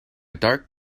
dark